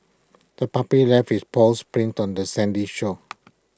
the puppy left its paws prints on the sandy shore